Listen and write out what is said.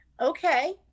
okay